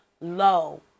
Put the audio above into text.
low